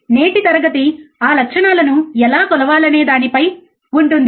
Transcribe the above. నేటి తరగతి ఆ లక్షణాలను ఎలా కొలవాలనే దానిపై ఉంటుంది